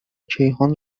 کیهان